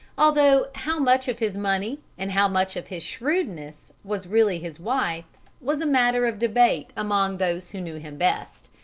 although how much of his money and how much of his shrewdness was really his wife's was matter of debate among those who knew him best.